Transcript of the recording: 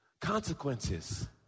Consequences